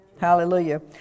Hallelujah